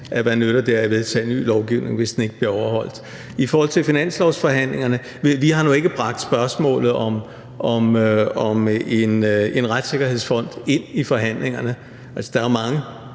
Hvad nytter det at vedtage ny lovgivning, hvis den ikke bliver overholdt? I forhold til finanslovsforhandlingerne har vi nu ikke bragt spørgsmålet om en retssikkerhedsfond ind i forhandlingerne. Der er jo mange